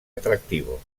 atractivo